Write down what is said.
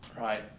right